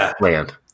land